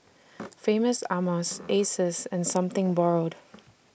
Famous Amos Asus and Something Borrowed